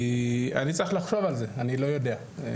אני צריך לחשוב על זה, אני לא יודע.